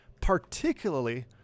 particularly